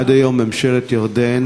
עד היום ממשלת ירדן